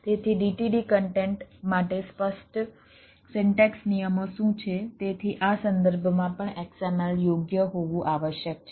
તેથી DTD content માટે સ્પષ્ટ સિન્ટેક્સ નિયમો શું છે તેથી આ સંદર્ભમાં પણ XML યોગ્ય હોવું આવશ્યક છે